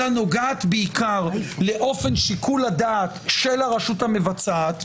אלא נוגעת בעיקר לאופן שיקול הדעת של הרשות המבצעת.